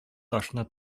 ташны